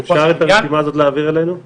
אפשר להעביר אלינו את הרשימה הזאת?